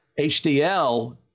HDL